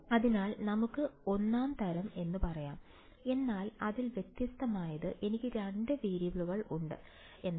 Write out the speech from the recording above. അതിനാൽ നമുക്ക് ഒന്നാം തരം എന്ന് പറയാം എന്നാൽ അതിൽ വ്യത്യസ്തമായത് എനിക്ക് 2 വേരിയബിളുകൾ ഉണ്ട് എന്നതാണ്